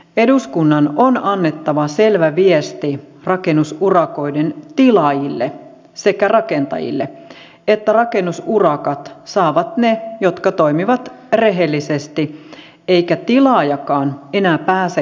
eduskunnan on annettava selvä viesti rakennusurakoiden tilaajille sekä rakentajille että rakennusurakat saavat ne jotka toimivat rehellisesti eikä tilaajakaan enää pääse keplottelemaan vastuustaan